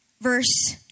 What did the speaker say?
verse